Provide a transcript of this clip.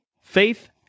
faith